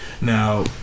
Now